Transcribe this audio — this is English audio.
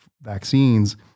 vaccines